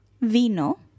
vino